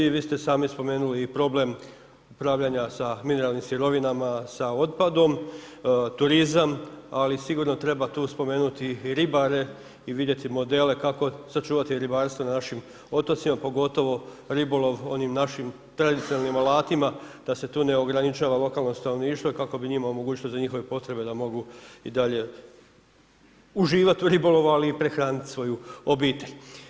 I vi ste sami spomenuli i problem upravljanja sa mineralnim sirovina sa otpadom, turizam, ali sigurno treba tu spomenuti i ribare i vidjeti modele kako sačuvati ribarstvo na našim otocima, pogotovo ribolov onim našim tradicionalnim alatima, da se tu ne ograničava lokalno stanovništvo kako bi njima omogućili za njihove potrebe da mogu i dalje uživat u ribolovu, ali i prehranit svoju obitelj.